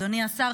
אדוני השר,